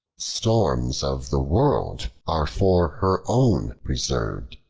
storms of the world are for her own preserved.